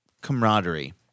camaraderie